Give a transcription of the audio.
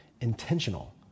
intentional